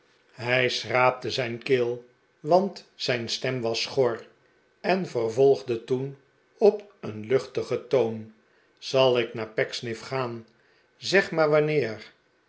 hij schraapte zijn keel want zijn stem was schor en vervolgde toen op een luchtigen toon zal ik naar pecksniff gaan zeg maar wanneer